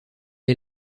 est